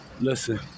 Listen